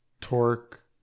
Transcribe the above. torque